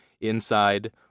Inside